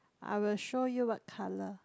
I will show you what colour